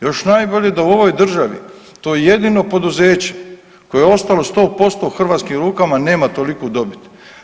Još najbolje da u ovoj državi to jedino poduzeće koje je ostalo 100% u hrvatskim rukama nema toliku dobit.